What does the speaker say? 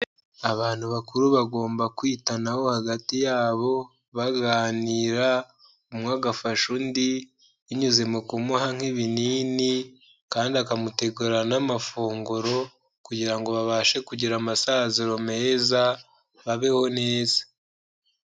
Abantu bakuru bagomba kwitanaho hagati yabo baganira, umwe agafasha undi binyuze mu kumuha nk'ibinini kandi akamutegura n'amafunguro kugira ngo babashe kugira amasaziro meza babeho neza.